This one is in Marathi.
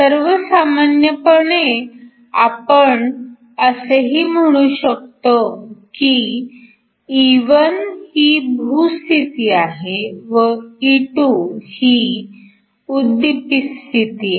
सर्व सामान्यपणे आपण असेही म्हणू शकतो की E1 ही भू स्थिती आहे व E2 ही उद्दीपित स्थिती excited state